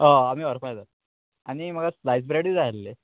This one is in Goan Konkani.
हय आमी व्हरपा येता आनी म्हाका स्लायस ब्रेडूय जाय आसले